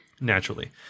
Naturally